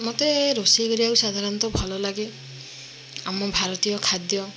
ମୋତେ ରୋଷେଇ କରିବାକୁ ସାଧାରଣତଃ ଭଲଲାଗେ ଆମ ଭାରତୀୟ ଖାଦ୍ୟ